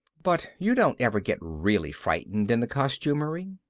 but you don't ever get really frightened in the costumery.